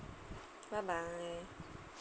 bye bye